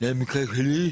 למקרה שלי,